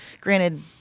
Granted